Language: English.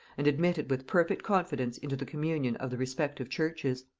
and admitted with perfect confidence into the communion of the respective churches.